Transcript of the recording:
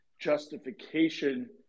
justification